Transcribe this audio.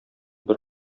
бер